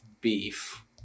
beef